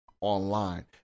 online